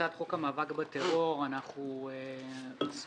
הצעת חוק המאבק בטרור (תיקון - ביטול